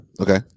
Okay